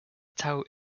tower